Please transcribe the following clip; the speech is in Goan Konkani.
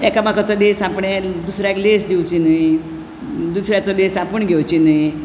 एकामेकांचो लेंस आपणें दुसऱ्याक लेंस दिवचो न्ही दुसऱ्याचो लेंस आपणें घेवचो न्हय